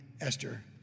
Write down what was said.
Esther